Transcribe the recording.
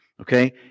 Okay